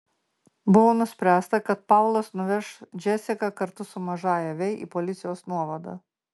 buvo nuspręsta kad paulas nuveš džesiką kartu su mažąja vei į policijos nuovadą